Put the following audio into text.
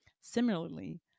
Similarly